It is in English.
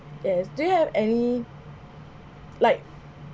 yes do you have any like